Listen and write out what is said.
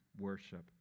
worship